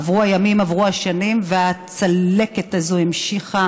עברו הימים, עברו השנים והצלקת הזו המשיכה